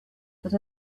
that